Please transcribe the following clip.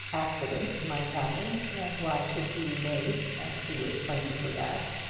accidents might happen, and why should he be made, as he would plaintively ask,